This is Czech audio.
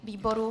Výboru?